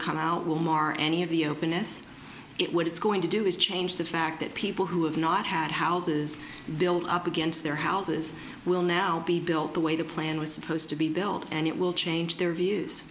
come out will mar any of the openness it what it's going to do is change the fact that people who have not had houses built up against their houses will now be built the way the plan was supposed to be built and it will change their views